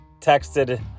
texted